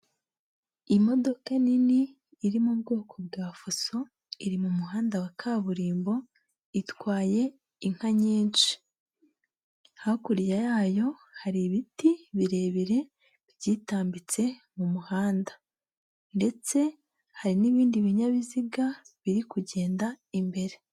Imodoka nini iri mu bwoko bwa fuso iri mu muhanda wa kaburimbo itwaye inka nyinshi. Hakurya yayo hari ibiti birebire byitambitse mu muhanda. Ndetse hari n'ibindi binyabiziga biri kugenda imbere.